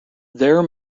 there